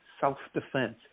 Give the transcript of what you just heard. self-defense